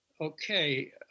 okay